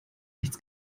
nichts